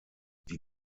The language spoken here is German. die